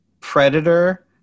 predator